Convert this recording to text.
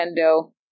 Nintendo